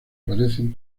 parecen